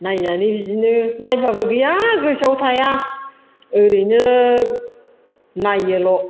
नायनानै बिदिनो नायबाबो गैया गोसोआव थाया ओरैनो नायोल'